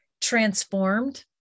transformed